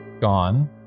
gone